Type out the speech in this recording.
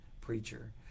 preacher